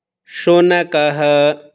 शुनकः